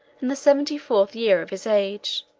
in the seventy-fourth year of his age